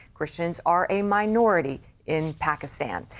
christians are a minority in pakistan.